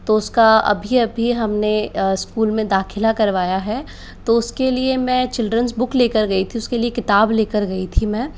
तो उसका अभी अभी हमने स्कूल में दाखिला करवाया है तो उसके लिए मैं चिल्ड्रन्स बुक लेकर गई थी उसके लिए किताब लेकर गई थी मैं